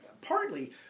partly